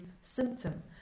symptom